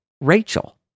Rachel